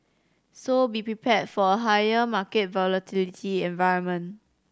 so be prepared for a higher market volatility environment